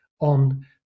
on